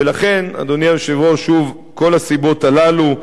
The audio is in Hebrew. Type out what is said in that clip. ולכן, אדוני היושב-ראש, שוב, כל הסיבות הללו,